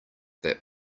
that